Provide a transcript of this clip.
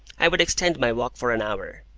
i would extend my walk for an hour,